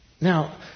Now